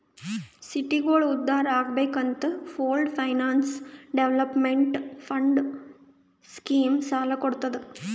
ಸಿಟಿಗೋಳ ಉದ್ಧಾರ್ ಆಗ್ಬೇಕ್ ಅಂತ pooled finance development fund scheme ಸಾಲ ಕೊಡ್ತುದ್